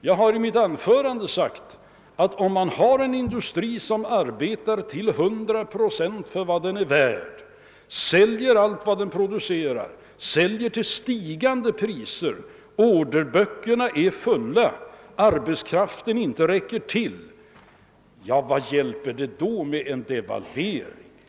Jag har i mitt anförande sagt att om industrin arbetar till 100 procent av sin kapacitet, säljer allt vad den produce rar, säljer till stigande priser, har orderböckerna fulla och inte kan få tillräckligt med arbetskraft hjälper det inte med en devalvering.